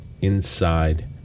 Inside